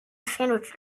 sandwich